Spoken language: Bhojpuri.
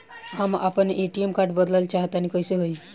हम आपन ए.टी.एम कार्ड बदलल चाह तनि कइसे होई?